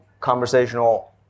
conversational